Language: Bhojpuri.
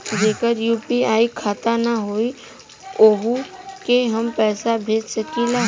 जेकर यू.पी.आई खाता ना होई वोहू के हम पैसा भेज सकीला?